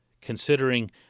considering